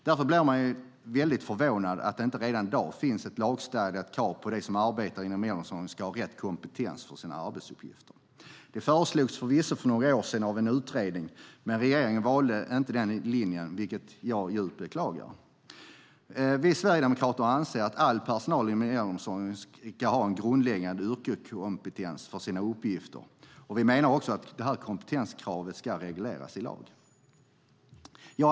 Därför blir man väldigt förvånad över att det inte redan i dag finns ett lagstadgat krav på att de som arbetar inom äldreomsorgen ska ha rätt kompetens för sina arbetsuppgifter. Det föreslogs förvisso för några år sedan av en utredning, men regeringen valde inte den linjen, vilket jag djupt beklagar. Vi sverigedemokrater anser att all personal inom äldreomsorgen ska ha grundläggande yrkeskompetens för sina uppgifter. Vi menar också att detta kompetenskrav ska regleras i lag.